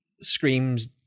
screams